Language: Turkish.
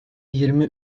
yirmi